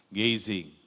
gazing